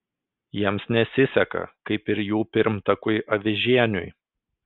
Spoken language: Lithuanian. jiems nesiseka kaip ir jų pirmtakui avižieniui